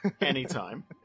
Anytime